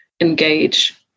engage